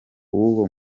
w’uwo